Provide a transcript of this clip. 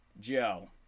Joe